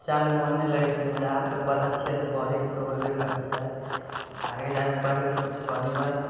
बच्चामे मोन नहि लगै छलै आब तऽ पढ़ैके तऽ होबे करते आगे जाके पढ़िके कुछ बनबै